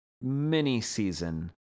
mini-season